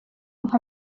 nka